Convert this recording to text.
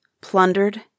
plundered